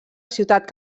ciutat